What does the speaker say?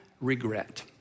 regret